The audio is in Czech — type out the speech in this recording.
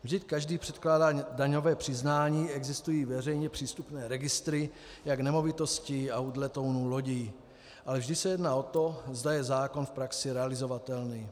Vždyť každý předkládá daňové přiznání, existují veřejně přístupné registry jak nemovitostí, aut, letounů, lodí, ale vždy se jedná o to, zda je zákon v praxi realizovatelný.